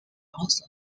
also